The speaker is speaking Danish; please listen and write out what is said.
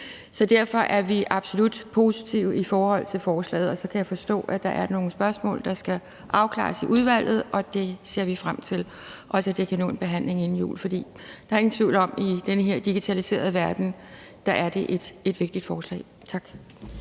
så derfor er vi absolut positive over for forslaget. Så kan jeg forstå, at der er nogle spørgsmål, der skal afklares i udvalget, og det ser vi frem til – også at det kan nå at blive behandlet inden jul, for der er ingen tvivl om, at det i den her digitaliserede verden er et vigtigt forslag. Tak.